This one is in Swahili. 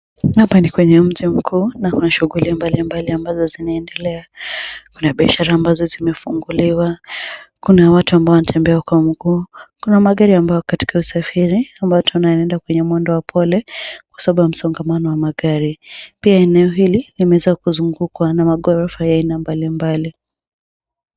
Hapa ni kwenye mteremko na kuna shughuli mbali mbali ambazo zinaendelea kuna biashara ambazo zimefunguliwa kuna watu ambao wanatembea kwa miguu kuna magari ambao wako katika usafiri wanaenda kwenye mwendo wa upole kwa sababu kwa mzongamano wa magari pia eneo hili kuzungukwa aina magorofa ya mbali mbali.